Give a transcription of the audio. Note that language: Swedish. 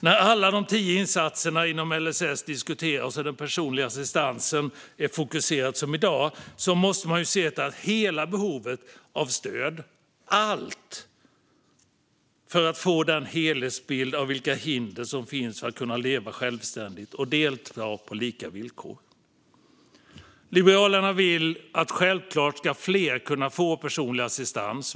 När alla de tio insatserna inom LSS diskuteras och den personliga assistansen är fokuserad som i dag måste man se till hela behovet av stöd, allt för att få en helhetsbild av vilka hinder som finns för att kunna leva självständigt och delta på lika villkor. Liberalerna vill att fler självklart ska kunna få personlig assistans.